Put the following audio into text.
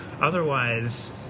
otherwise